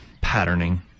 patterning